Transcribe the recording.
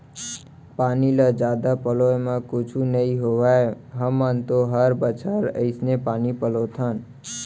पानी ल जादा पलोय म कुछु नइ होवय हमन तो हर बछर अइसने पानी पलोथन